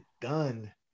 done